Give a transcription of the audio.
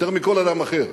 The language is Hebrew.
יותר מכל אדם אחר,